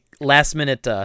last-minute